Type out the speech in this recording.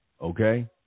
okay